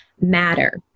matter